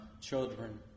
children